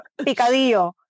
picadillo